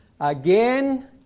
again